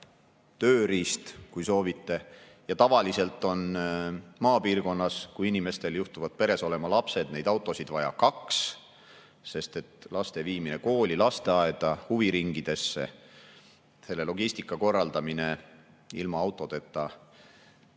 tööriist, kui soovite. Tavaliselt on maapiirkonnas, kui inimestel juhtuvad peres olema lapsed, autosid vaja kaks, sest laste viimine kooli, lasteaeda, huviringidesse – selle logistika korraldamine ilma autodeta